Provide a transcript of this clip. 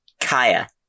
kaya